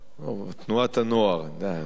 או תנועת הנוער, אני יודע.